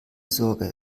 sorge